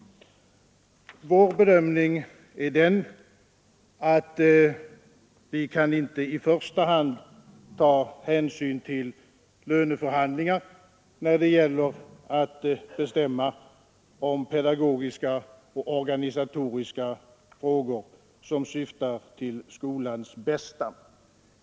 Vår bedömning är den att vi inte i första hand kan ta hänsyn till löneförhandlingar när det gäller att bestämma om pedagogiska och organisatoriska frågor som syftar till skolans bästa.